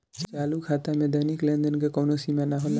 चालू खाता में दैनिक लेनदेन के कवनो सीमा ना होला